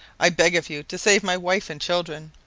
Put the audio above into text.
i beg of you to save my wife and children